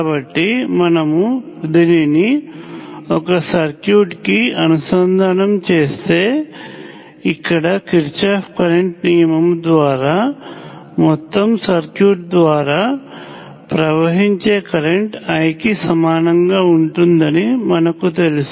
కాబట్టి మనము దీనిని ఒక సర్క్యూట్కి అనుసంధానం చేస్తే ఇక్కడ కిర్చాఫ్ కరెంట్ నియమము ద్వారా మొత్తం సర్క్యూట్ ద్వారా ప్రవహించే కరెంట్ I కి సమానంగా ఉంటుందని మనకు తెలుసు